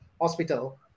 hospital